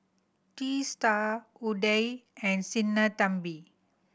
Teesta Udai and Sinnathamby